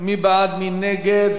מי נגד?